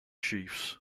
chiefs